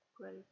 great